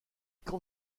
quand